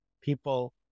People